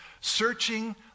Searching